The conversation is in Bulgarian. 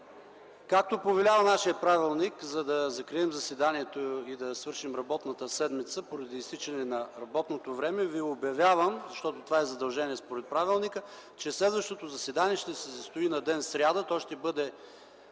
Както повелява нашият Правилник, за да закрием заседанието и да свършим работната седмица поради изтичане на работното време, ви обявявам – това е задължение според Правилника, че следващото заседание ще се състои в сряда, то ще бъде